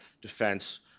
defense